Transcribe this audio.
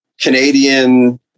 Canadian